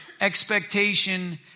expectation